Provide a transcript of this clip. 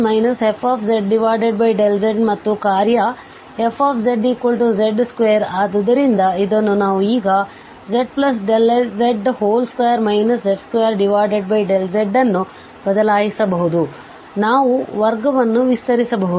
ಆದ್ದರಿಂದ fzz fzಮತ್ತು ಕಾರ್ಯ fzz2 ಆದ್ದರಿಂದ ಇದನ್ನು ನಾವು ಈಗ zz2 z2z ಅನ್ನು ಬದಲಾಯಿಸಬಹುದು ಆದ್ದರಿಂದ ನಾವು ವರ್ಗ ವನ್ನು ವಿಸ್ತರಿಸಬಹುದು